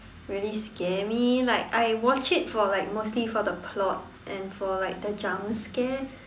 really scare me like I watch it for like mostly for the plot and for like the jump scare